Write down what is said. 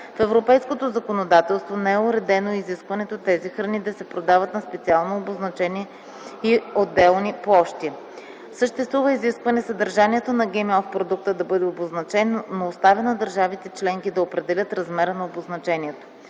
В европейското законодателство не е уредено и изискването тези храни да се продават на специално обозначени и отделени площи. Съществува изискване съдържанието на ГМО в продукта да бъде обозначено, но оставя на държавите членки да определят размера на обозначението.